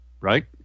right